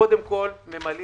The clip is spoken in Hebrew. קודם כול נמלא